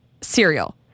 cereal